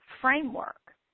framework